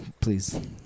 Please